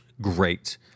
great